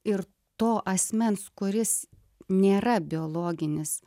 ir to asmens kuris nėra biologinis